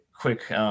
quick